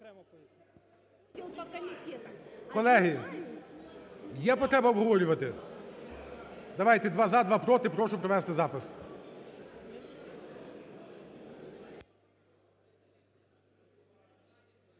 Колеги, є потреба обговорювати? Давайте: два – за, два – проти, прошу провести запис.